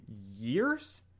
years